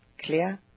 clear